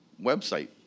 website